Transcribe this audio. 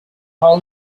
hull